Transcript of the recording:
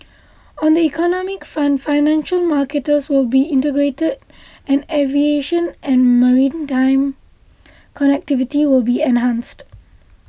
on the economic front financial markets will be integrated and aviation and maritime connectivity will be enhanced